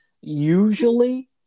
usually